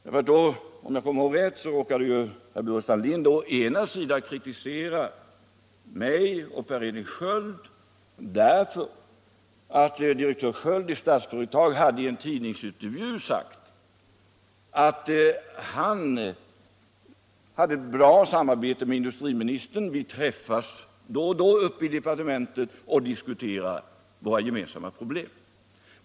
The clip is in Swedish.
Det var då som, om jag kommer ihåg rätt, herr Burenstam Linder kritiserade mig och Per Sköld därför att direktör Sköld i Statsföretag + en tdningsintervju hade sagt att han hade ev bra samarbete med industriministern, och att vi träffas då och då i departementet och diskuterar våra gemensamma problem.